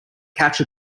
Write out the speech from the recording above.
catch